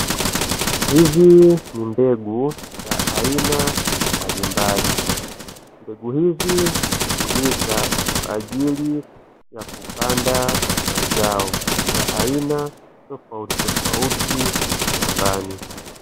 Hizi ni mbegu za aina mbalimbali, mbegu hizi hutumika kwa ajili ya kupanda mazao ya aina tofautitofauti shambani.